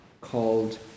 called